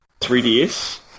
3DS